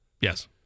Yes